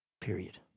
Period